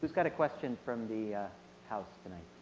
kind of question from the house tonight?